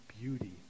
beauty